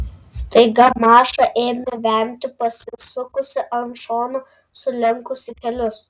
staiga maša ėmė vemti pasisukusi ant šono sulenkusi kelius